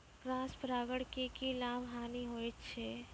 Cross परागण के की लाभ, हानि होय छै?